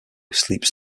sleeps